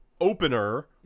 opener